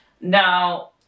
Now